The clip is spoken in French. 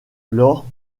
lors